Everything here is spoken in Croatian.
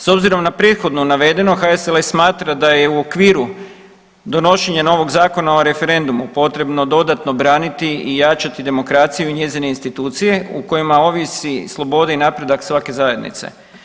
S obzirom na prethodno navedeno HSLS smatra da je u okviru donošenja novog Zakona o referendumu potrebno dodatno braniti i jačati demokraciju i njezine institucije u kojima ovisi sloboda i napredak svake zajednice.